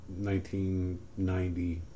1990